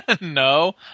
No